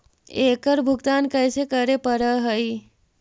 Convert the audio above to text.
एकड़ भुगतान कैसे करे पड़हई?